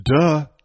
Duh